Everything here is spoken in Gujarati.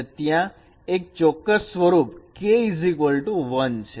અને ત્યાં એક ચોક્કસ સ્વરૂપ K1 છે